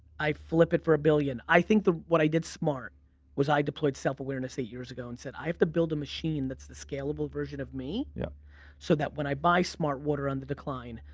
i flip it for a billion. i think the what i did smart was i deployed self-awareness eight years ago and said i have to build a machine that's the scalable version of me yeah so that when i buy smart water on the decline,